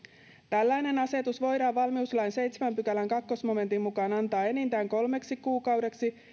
tällainen asetus voidaan valmiuslain seitsemännen pykälän toisen momentin mukaan antaa enintään kolmeksi kuukaudeksi